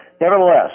nevertheless